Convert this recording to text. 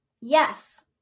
Yes